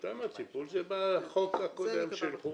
מתאם הטיפול זה בחוק הקודם.